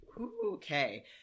okay